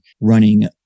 running